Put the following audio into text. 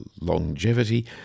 longevity